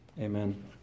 amen